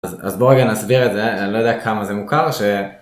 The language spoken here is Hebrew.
אז בואו גם אני אסביר את זה, אני לא יודע כמה זה מוכר ש...